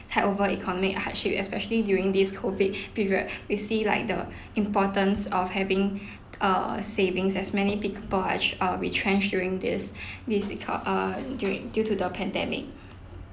tide over economic hardship especially during this COVID period we see like the importance of having uh savings as many people are actua~ are retrenched during this this eco~ uh during due to the pandemic